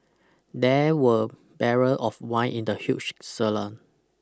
There were barrel of wine in the huge cellar